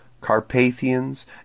Carpathians